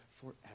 forever